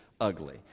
ugly